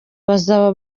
bazaba